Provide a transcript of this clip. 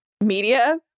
media